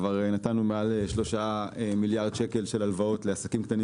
כבר נתנו מעל לשלושה מיליארד שקל של הלוואות לעסקים קטנים